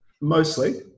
mostly